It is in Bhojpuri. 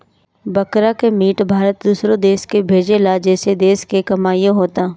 बकरा के मीट भारत दूसरो देश के भेजेला जेसे देश के कमाईओ होता